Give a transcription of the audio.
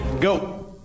go